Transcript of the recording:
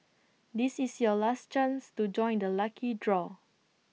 this is your last chance to join the lucky draw